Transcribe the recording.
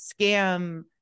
scam